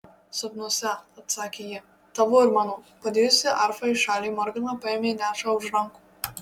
sapnuose atsakė ji tavo ir mano padėjusi arfą į šalį morgana paėmė nešą už rankų